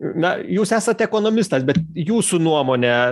na jūs esat ekonomistas bet jūsų nuomone